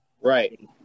Right